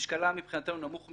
ומשקלה מבחינתנו נמוך מאוד,